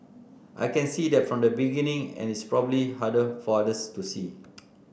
I can see that from the beginning and it's probably harder for others to see